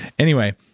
anyway,